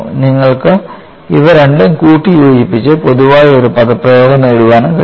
നിങ്ങൾക്ക് ഇവ രണ്ടും കൂട്ടിയോജിപ്പിച്ച് പൊതുവായ ഒരു പദപ്രയോഗം നേടാനും കഴിയും